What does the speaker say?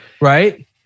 right